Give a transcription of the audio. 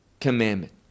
commandment